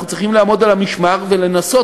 אנחנו צריכים לעמוד על המשמר ולנסות,